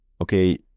okay